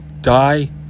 die